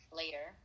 later